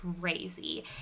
crazy